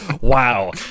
Wow